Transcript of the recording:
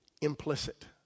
Implicit